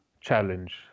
challenge